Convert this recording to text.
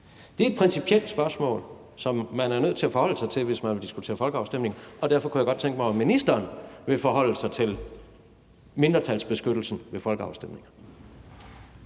Det er et principielt spørgsmål, som man er nødt til at forholde sig til, hvis man vil diskutere folkeafstemninger, og derfor kunne jeg godt tænke mig, at ministeren ville forholde sig til mindretalsbeskyttelsen ved folkeafstemninger.